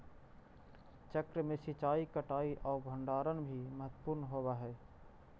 चक्र में सिंचाई, कटाई आउ भण्डारण भी महत्त्वपूर्ण होवऽ हइ